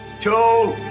two